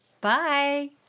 Bye